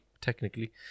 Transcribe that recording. technically